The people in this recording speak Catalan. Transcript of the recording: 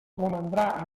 romandrà